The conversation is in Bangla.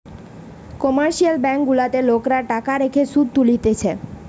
কমার্শিয়াল ব্যাঙ্ক গুলাতে লোকরা টাকা রেখে শুধ তুলতিছে